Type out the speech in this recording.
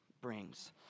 brings